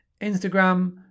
Instagram